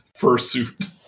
fursuit